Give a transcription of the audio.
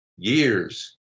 years